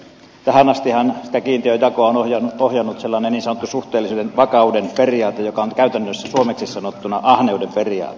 tähän astihan sitä kiintiöjakoa on ohjannut sellainen niin sanottu suhteellisen vakauden periaate joka on käytännössä suomeksi sanottuna ahneuden periaate